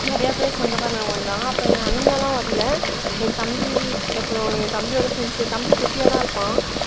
நிறைய பேர் சொந்தக்காரங்க வந்தாங்க அப்போ என் அண்ணலாம் வரல என் தம்பி அப்புறோம் என் தம்பியோடய ஃப்ரெண்ட்ஸ்ஸு என் தம்பி குட்டியாகதான் இருப்பான்